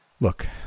Look